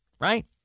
Right